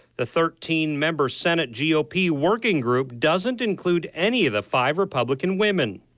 the thirteen member senate g o p. working group doesn't include any of the five republican women.